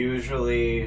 Usually